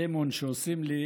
הדמון שעושים לי,